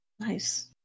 Nice